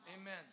amen